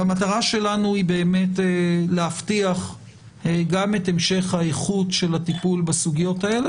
המטרה שלנו היא להבטיח גם את המשך האיכות של הטיפול בסוגיות האלה,